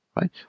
right